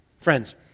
Friends